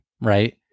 right